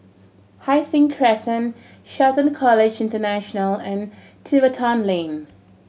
Hai Sing Crescent Shelton College International and Tiverton Lane